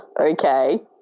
Okay